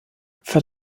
für